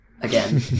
again